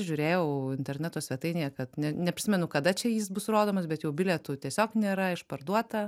žiūrėjau interneto svetainėje kad neprisimenu kada čia jis bus rodomas bet jau bilietų tiesiog nėra išparduota